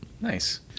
Nice